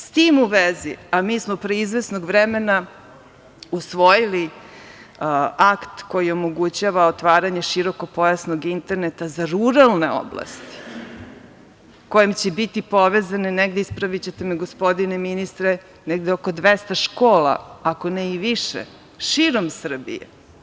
S tim u vezi, a mi smo pre izvesnog vremena usvojili akt koji omogućava otvaranje širokopojasnog interneta za ruralne oblasti kojim će biti povezane negde, ispravićete me gospodine ministre, negde oko 200 škola, ako ne i više, širom Srbije.